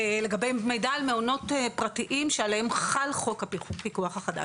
לגבי מידע על מעונות פרטיים שעליהם חל חוק הפיקוח החדש,